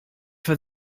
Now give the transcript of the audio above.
for